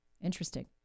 interesting